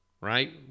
right